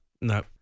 No